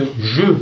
je